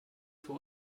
für